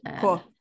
Cool